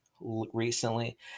recently